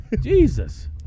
Jesus